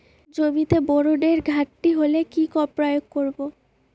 জমিতে বোরনের ঘাটতি হলে কি প্রয়োগ করব?